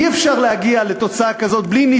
אי-אפשר להגיע לתוצאה כזאת בלי להיות